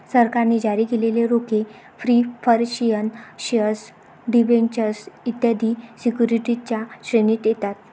सरकारने जारी केलेले रोखे प्रिफरेंशियल शेअर डिबेंचर्स इत्यादी सिक्युरिटीजच्या श्रेणीत येतात